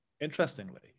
interestingly